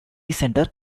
centre